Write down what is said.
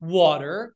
water